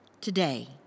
today